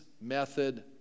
method